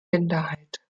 minderheit